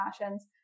passions